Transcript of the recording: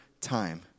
time